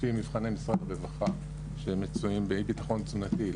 לפי מבחני משרד הרווחה שהם מצויים באי ביטחון תזונתי,